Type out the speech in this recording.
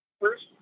first